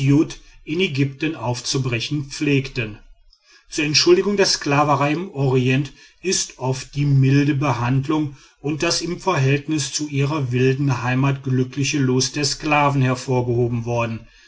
in ägypten aufzubrechen pflegten zur entschuldigung der sklaverei im orient ist oft die milde behandlung und das im verhältnis zu ihrer wilden heimat glückliche los der sklaven hervorgehoben worden